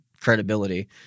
credibility